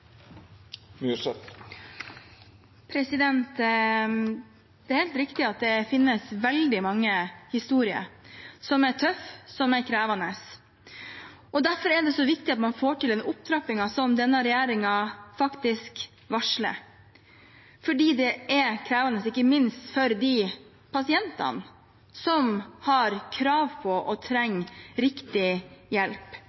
Det er helt riktig at det finnes veldig mange historier som er tøffe, som er krevende. Derfor er det så viktig at man får til den opptrappingen som denne regjeringen faktisk varsler. Dette er krevende, ikke minst for de pasientene som har krav på og